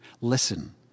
Listen